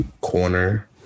corner